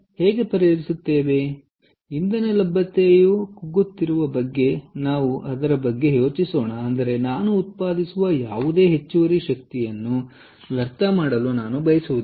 ಆದ್ದರಿಂದ ಇಂಧನ ಲಭ್ಯತೆಯು ಕುಗ್ಗುತ್ತಿರುವ ಬಗ್ಗೆ ನಾವು ಅದರ ಬಗ್ಗೆ ಯೋಚಿಸೋಣ ಅಂದರೆ ನಾನು ಉತ್ಪಾದಿಸುವ ಯಾವುದೇ ಹೆಚ್ಚುವರಿ ಶಕ್ತಿಯನ್ನು ವ್ಯರ್ಥ ಮಾಡಲು ನಾನು ಬಯಸುವುದಿಲ್ಲ